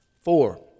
Four